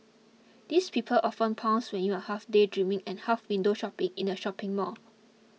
these people often pounce when you're half daydreaming and half window shopping in a shopping mall